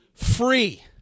free